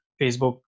facebook